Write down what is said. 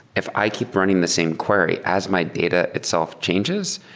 if i keep running the same inquiry as my data itself changes,